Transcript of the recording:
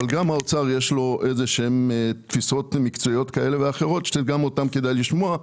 גם לאוצר יש איזה שהן תפיסות מקצועיות כאלה ואחרות שגם אותן כדאי לשמוע.